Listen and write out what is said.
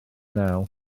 naw